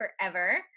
forever